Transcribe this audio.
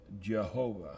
Jehovah